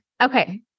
Okay